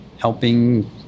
helping